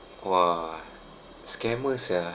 !wah! scammers ya